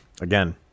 Again